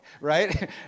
right